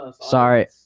Sorry